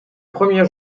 premier